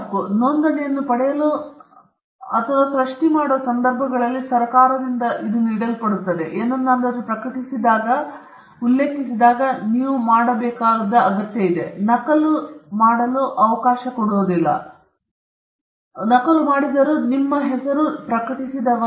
ನೀವು ನೋಂದಣಿಯನ್ನು ಪಡೆಯಲು ಅಥವಾ ಸೃಷ್ಟಿಯಾಗುವ ಸಂದರ್ಭಗಳಲ್ಲಿ ಸರಕಾರದಿಂದ ಇದು ನೀಡಲ್ಪಟ್ಟಿದೆ ನೀವು ಏನನ್ನಾದರೂ ಪ್ರಕಟಿಸಿದರೆ ನಾನು ಇದನ್ನು ಮೊದಲು ಉಲ್ಲೇಖಿಸಿದ್ದೇನೆ ನೀವು ಮಾಡಬೇಕಾಗಿರುವುದು ಅಗತ್ಯವೇನೆಂದರೆ ನಕಲು ಸರಿಯಾದ ಸೂಚನೆ ಇದು ವೃತ್ತದೊಳಗೆ ಸಿ ನಿಮ್ಮ ಹೆಸರು ಮತ್ತು ಅದನ್ನು ಪ್ರಕಟಿಸಿದ ವರ್ಷ